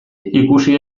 ikusi